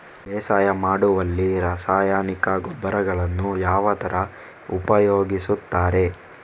ಬೇಸಾಯ ಮಾಡುವಲ್ಲಿ ರಾಸಾಯನಿಕ ಗೊಬ್ಬರಗಳನ್ನು ಯಾವ ತರ ಉಪಯೋಗಿಸುತ್ತಾರೆ?